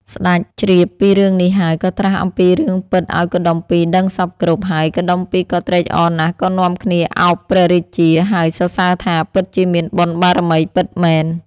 ស្ដេចជ្រាបពីរឿងនេះហើយ ក៏ត្រាស់អំពីរឿងពិតឱ្យកុដុម្ពីក៍ដឹងសព្វគ្រប់ ហើយកុដុម្ពីក៍ក៏ត្រេកអរណាស់ក៏នាំគា្នឱបព្រះរាជា ហើយសរសើរថាពិតជាមានបុណ្យបារមីពិតមែន។